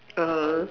uh